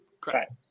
Correct